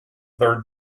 third